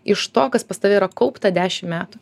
iš to kas pas tave yra kaupta dešim metų